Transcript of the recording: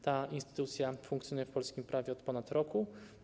Ta instytucja funkcjonuje w polskim prawie od ponad roku.